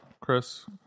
Chris